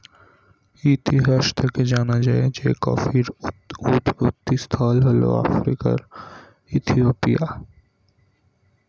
ইতিহাস থেকে জানা যায় যে কফির উৎপত্তিস্থল হল আফ্রিকার ইথিওপিয়া